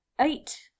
Eight